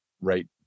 right